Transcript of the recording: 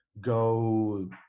go